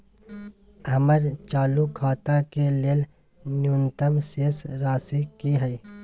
हमर चालू खाता के लेल न्यूनतम शेष राशि की हय?